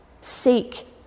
Seek